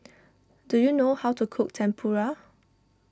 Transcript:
do you know how to cook Tempura